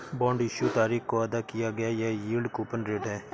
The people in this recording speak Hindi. बॉन्ड इश्यू तारीख को अदा किया गया यील्ड कूपन रेट है